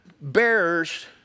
bearers